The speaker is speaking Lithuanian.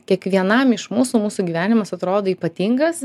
kiekvienam iš mūsų mūsų gyvenimas atrodo ypatingas